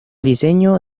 diseño